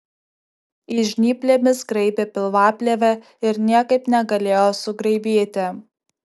jis žnyplėmis graibė pilvaplėvę ir niekaip negalėjo sugraibyti